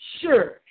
sure